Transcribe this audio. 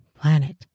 planet